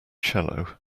cello